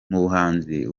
buhanzi